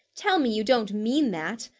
tell me, you don't mean that!